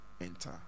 enter